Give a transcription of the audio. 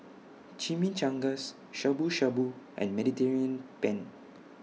Chimichangas Shabu Shabu and Mediterranean Penne